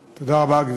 כולנו.